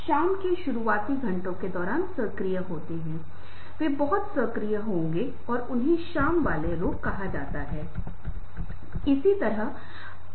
अस्पष्ट प्रस्तुतियों को कई प्रश्नों को उठाना चाहिए और जब प्रस्तुति के बाद सवाल पूछे जाते हैं तोह आप जवाब भी नहीं दे पते